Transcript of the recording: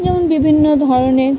যেমন বিভিন্ন ধরনের